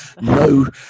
no